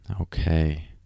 Okay